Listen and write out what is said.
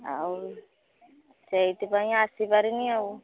ଆଉ ସେଇଥିପାଇଁ ଆସିପାରିନି ଆଉ